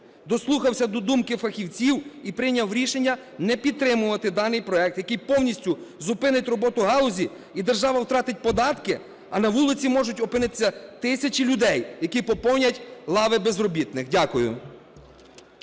дослухався до думки фахівців і прийняв рішення не підтримувати даний проект, який повністю зупинить роботу галузі і держава втратить податки, а на вулиці можуть опинитися тисячі людей, які поповнять лави безробітних. Дякую.